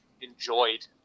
enjoyed